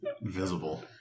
visible